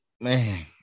man